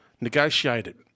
negotiated